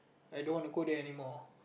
I don't want to go there anymore